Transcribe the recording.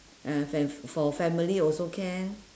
uh fa~ for family also can